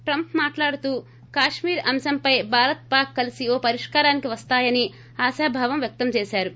Trump మాట్లాడుతూ కశ్మీర్ అంశంపై భారత్ పాక్ కలిసి ఓ పరిష్కారానికి వస్తాయని ఆశాభావం వ్యక్తం చేశారు